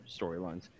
storylines